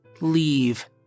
leave